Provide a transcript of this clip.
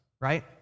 right